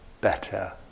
better